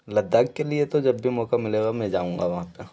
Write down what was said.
लद्दाख़ के लिए तो जब भी मौक़ा मिलेगा मैं जाऊँगा वहाँ पर